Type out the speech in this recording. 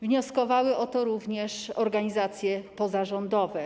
Wnioskowały o to również organizacje pozarządowe.